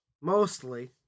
mostly